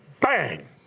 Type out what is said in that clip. Bang